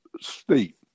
state